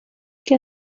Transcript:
que